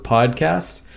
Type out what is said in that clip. Podcast